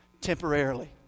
temporarily